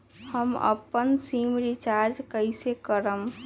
हम अपन SIM recharge कइसे करम?